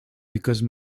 because